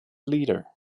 leader